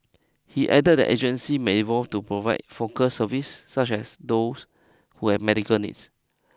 he added that agency may evolve to provide focused services such as those who have medical needs